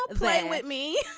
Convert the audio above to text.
playing with me.